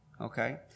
Okay